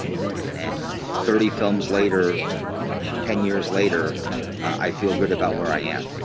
yeah and thirty films later ten years later i feel good about where i am